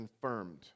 confirmed